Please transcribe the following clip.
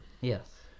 yes